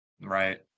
right